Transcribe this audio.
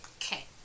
okay